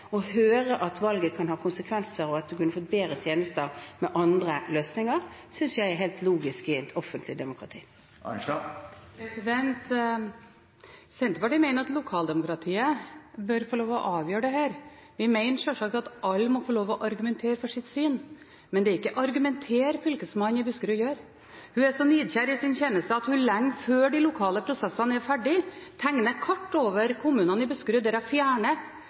Å høre at valget kan ha konsekvenser, og at man kunne fått bedre tjenester med andre løsninger, synes jeg er helt logisk i et offentlig demokrati. Senterpartiet mener at lokaldemokratiet bør få lov til å avgjøre dette. Vi mener sjølsagt at alle må få lov til å argumentere for sitt syn, men det er ikke å argumentere fylkesmannen i Buskerud gjør. Hun er så nidkjær i sin tjeneste at hun lenge før de lokale prosessene er ferdig, tegner et kart over kommunene i Buskerud der hun fjerner